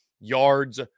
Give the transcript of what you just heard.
yards